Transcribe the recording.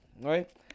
right